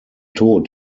tod